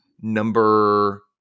number